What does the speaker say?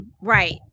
Right